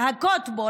להכות בו,